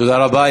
תודה רבה.